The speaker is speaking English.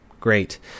Great